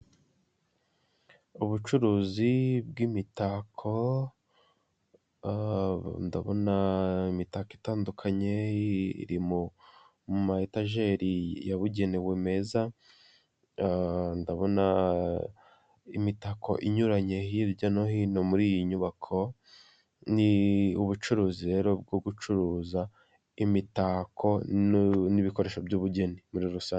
Ubucuruzi bw’imitako ndabona imitako itandukanye iri mu ma etajeli yabugenewe meza, ndabona imitako inyuranye hirya no hino muri iyi nyubako. Ni ubucuruzi rero bwo gucuruza imitako n’ibikoresho by’ubugeni muri rusange